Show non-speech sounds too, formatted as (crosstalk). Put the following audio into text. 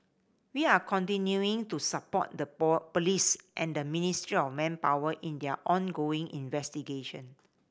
we are continuing to support the (unintelligible) police and the Ministry of Manpower in their ongoing investigation